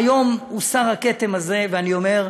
היום הוסר הכתם הזה, ואני אומר,